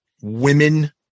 Women